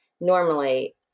normally